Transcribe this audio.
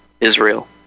Israel